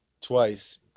twice